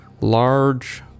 large